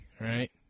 right